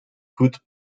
goed